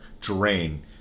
terrain